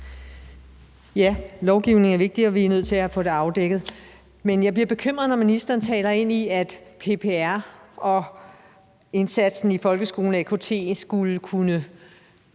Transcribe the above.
Lovgivning er vigtigt, og vi er nødt til at få det afdækket. Men jeg bliver bekymret, når ministeren taler ind i, at PPR og indsatsen i folkeskolen og AKT skulle kunne